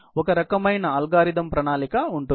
ఒక రకమైన అల్గోరిథం ప్రణాళిక ఉంటుంది